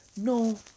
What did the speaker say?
No